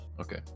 okay